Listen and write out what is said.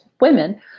women